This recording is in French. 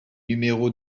numéro